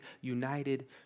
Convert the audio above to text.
united